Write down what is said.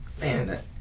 Man